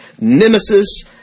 nemesis